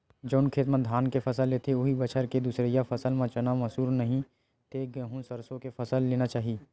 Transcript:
जउन खेत म धान के फसल लेथे, उहीं बछर के दूसरइया फसल म चना, मसूर, नहि ते गहूँ, सरसो के फसल लेना चाही